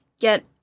get